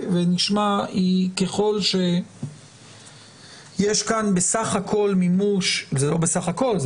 ונשמע ככל שיש כאן בסך הכל מימוש זה לא בסך הכל,